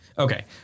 Okay